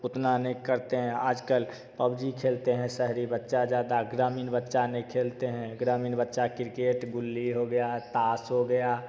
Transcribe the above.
उतना नहीं करते हैं आजकल पब्जी खेलते हैं शहरी बच्चा ज्यादा ग्रामीण बच्चा नहीं खेलते हैं ग्रामीण बच्चा किरकेट गुल्ली हो गया ताश हो गया